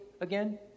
again